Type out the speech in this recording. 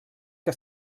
que